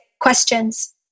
questions